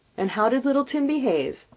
and how did little tim behave?